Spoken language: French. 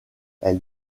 elle